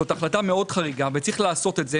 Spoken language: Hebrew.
זאת החלטה מאוד חריגה וצריך לעשות את זה